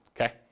okay